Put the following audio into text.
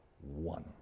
one